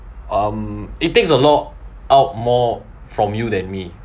um it takes a lot out more from you than me